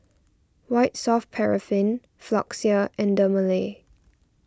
White Soft Paraffin Floxia and Dermale